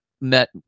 met